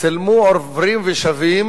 צילמו עוברים ושבים